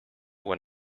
when